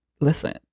Listen